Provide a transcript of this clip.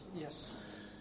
Yes